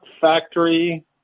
factory